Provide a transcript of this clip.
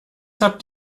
habt